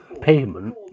payment